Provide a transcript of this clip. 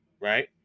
right